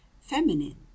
feminine